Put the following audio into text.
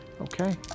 Okay